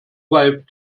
wife